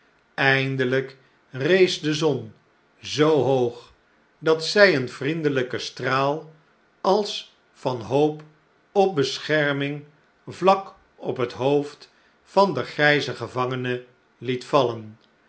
eindeljjk rees de zon zoo hoog dat zn een vriendeljjken straal als van hoop op bescherming vlak op het hoofd van den grijzen gevangene liet vallen